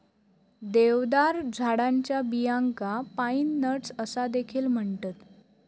देवदार झाडाच्या बियांका पाईन नट्स असा देखील म्हणतत